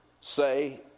say